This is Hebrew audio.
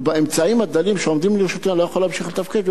ובאמצעים הדלים שעומדים לרשותי אני לא יכול להמשיך לתפקד,